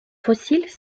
fossiles